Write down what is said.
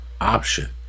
option